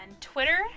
Twitter